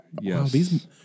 Yes